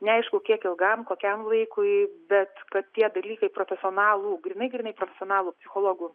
neaišku kiek ilgam kokiam laikui bet kad tie dalykai profesionalų grynai grynai personalų psichologų